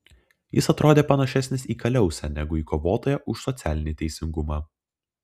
jis atrodė panašesnis į kaliausę negu į kovotoją už socialinį teisingumą